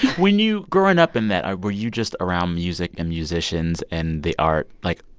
when you growing up in that, um were you just around music and musicians and the art, like,